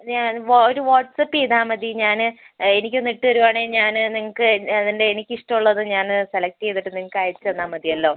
ഞാൻ ഒരു വാട്സപ്പ് ചെയ്താൽ മതി ഞാൻ എനിക്ക് ഒന്ന് ഇട്ടുതരുവാണെങ്കിൽ ഞാൻ നിങ്ങൾക്ക് അതിൻ്റെ എനിക്ക് ഇഷ്ടമുള്ളത് ഞാൻ സെലക്റ്റ് ചെയ്തിട്ട് നിങ്ങൾക്ക് അയച്ചുതന്നാൽ മതിയല്ലോ